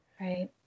Right